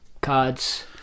cards